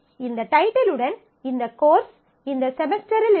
இந்த டைட்டில் உடன் இந்த கோர்ஸ் இந்த செமஸ்டரிலிருந்து இருந்தது